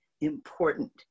important